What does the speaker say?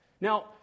Now